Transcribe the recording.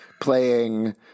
playing